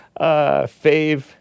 Fave